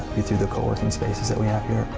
be through the co-working spaces that we have here.